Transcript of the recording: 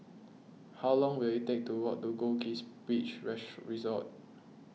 how long will it take to walk to Goldkist Beach Resort